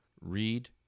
read